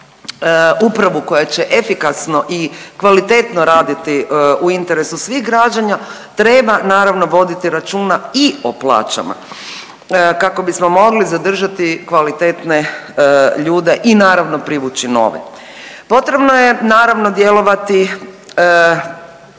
upravu koja će efikasno i kvalitetno raditi u interesu svih građana treba naravno voditi računa i o plaćama kako bismo mogli zadržati kvalitetne ljude i naravno privući nove. Potrebno je naravno djelovati